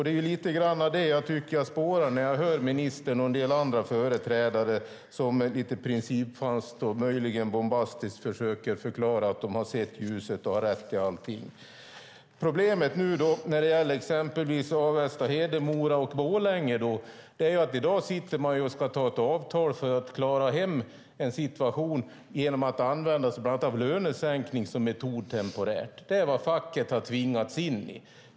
Det är lite grann det som jag tycker att jag spårar när jag hör ministern och en del andra företrädare som lite principfast och möjligen bombastiskt försöker förklara att de har sett ljuset och har rätt i fråga om allting. Problemet nu när det gäller exempelvis Avesta, Hedemora och Borlänge är att man i dag sitter och ska förhandla fram ett avtal för att klara hem en situation genom att använda sig bland annat av lönesänkning som ett hot temporärt. Det är vad facket har tvingats in i.